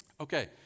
Okay